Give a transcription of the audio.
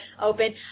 open